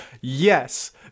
Yes